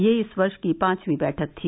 यह इस वर्ष की पांचवी बैठक थी